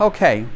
Okay